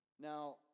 Now